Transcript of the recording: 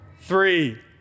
three